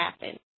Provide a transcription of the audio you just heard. happen